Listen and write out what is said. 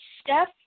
Steph